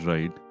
Right